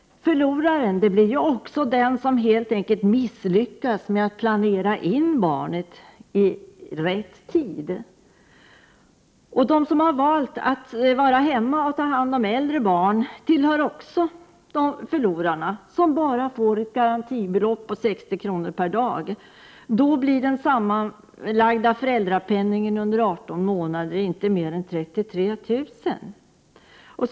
Förlorare blir också den som helt enkelt misslyckats att planera barnets födelse på rätt tidpunkt. Den som har valt att vara hemma och ta hand om äldre barn tillhör också de verkliga förlorarna som bara får garantibeloppet om 60 kr. per dag. För dem blir den sammanlagda föräldrapenningen under 18 månader inte mer än 33 000 kr.